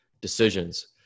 decisions